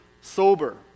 sober